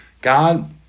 God